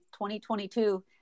2022